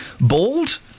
Bald